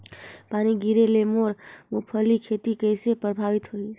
पानी गिरे ले मोर मुंगफली खेती कइसे प्रभावित होही?